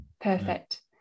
perfect